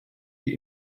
die